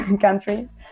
countries